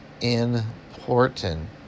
important